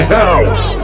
house